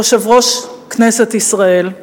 יושב-ראש כנסת ישראל.